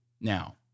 Now